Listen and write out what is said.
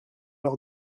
lors